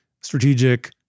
strategic